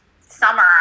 summer